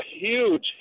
huge